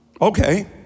Okay